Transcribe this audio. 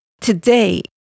Today